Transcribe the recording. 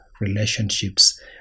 relationships